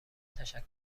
تشکر